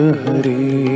hari